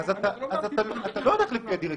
אז אתה לא הולך לפי הדירקטיבה.